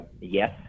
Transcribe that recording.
Yes